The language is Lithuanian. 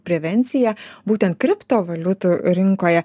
prevenciją būtent kriptovaliutų rinkoje